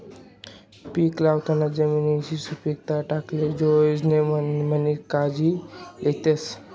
पीक लावाना जमिननी सुपीकता टिकाले जोयजे म्हणीसन कायजी लेतस